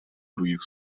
других